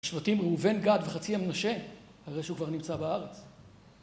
שבטים ראובן גד וחצי המנשה, הרי שהוא כבר נמצא בארץ.